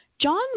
John